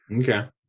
Okay